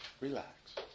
Relax